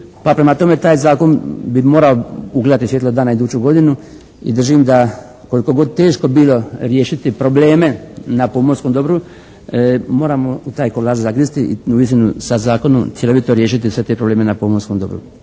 Pa prema tome, taj Zakon bi mogao ugledati svijetlo dana iduću godinu i držim da koliko god teško bilo riješiti probleme na pomorskom dobru moramo u taj kolač zagristi i uistinu sa zakonom cjelovito riješiti sve te probleme na pomorskom dobru.